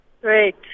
Great